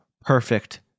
perfect